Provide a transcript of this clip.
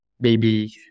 baby